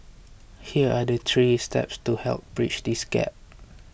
here are the three steps to help bridge this gap